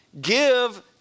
Give